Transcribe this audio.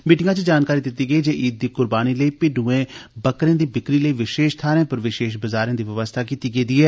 मीटिंगै च जानकारी दित्ती गेई जे ईद दी कुर्बानी लेई भिड्डूएं बक्करें दी बिक्री लेई विशेष थारे विशेष बजारे दी व्यवस्था कीती गेदी ऐ